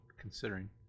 considering